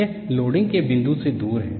यह लोडिंग के बिंदु से दूर है